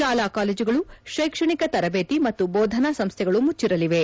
ಶಾಲಾ ಕಾಲೇಜುಗಳು ಶೈಕ್ಷಣಿಕ ತರಬೇತಿ ಮತ್ತು ಬೋಧನಾ ಸಂಸ್ಥೆಗಳು ಮುಚ್ಚಿರಲಿವೆ